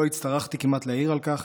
לא הצטרכתי כמעט להעיר על כך,